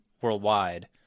worldwide